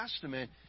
Testament